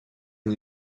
con